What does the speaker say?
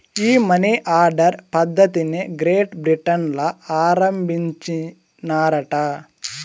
ఈ money order పద్ధతిది Great Britain ల ఆరంబించినారట